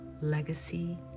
Legacy